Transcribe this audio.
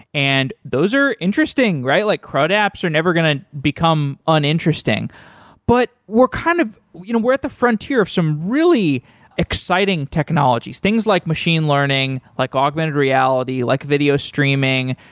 and those are interesting, right? like crud apps are never going to become uninteresting but we're kind of you know we're at the frontier of some really exciting technologies, things like machine learning, like augmented reality, like video streaming,